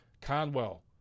Conwell